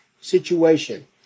situation